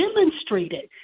demonstrated